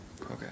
Okay